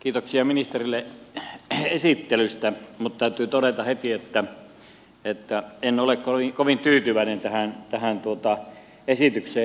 kiitoksia ministerille esittelystä mutta täytyy todeta heti että en ole kovin tyytyväinen tähän esitykseen